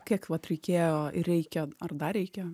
kiek vat reikėjo ir reikia ar dar reikia